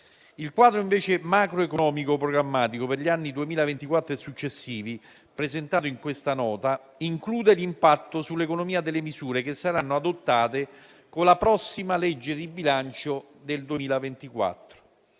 Il quadro macroeconomico programmatico per gli anni 2024 e successivi, presentato in questa Nota, include l'impatto sull'economia delle misure che saranno adottate con la prossima legge di bilancio del 2024.